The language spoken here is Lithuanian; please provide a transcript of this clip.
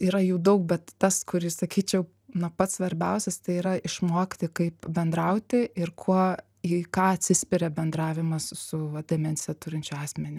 yra jų daug bet tas kuris sakyčiau na pats svarbiausias tai yra išmokti kaip bendrauti ir kuo į ką atsispiria bendravimas su va demenciją turinčiu asmeniu